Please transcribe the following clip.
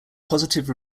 positive